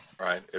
right